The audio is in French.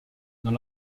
dans